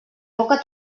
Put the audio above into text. boca